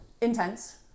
intense